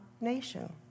nation